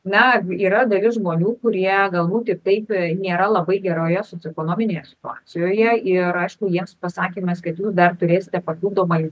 na yra dalis žmonių kurie galbūt ir taip nėra labai geroje socioekonominėje situacijoje ir aišku jiems pasakymas kad jūs dar turėsite papildomai